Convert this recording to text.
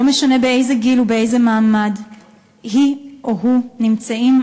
לא משנה באיזה גיל או באיזה מעמד היא או הוא נמצאים.